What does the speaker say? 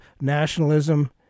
nationalism